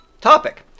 Topic